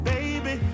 Baby